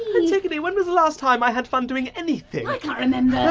antigone, when was the last time i had fun doing anything? i can't remember. no,